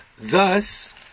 Thus